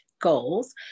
goals